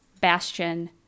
Bastion